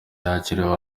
yakiriye